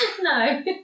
No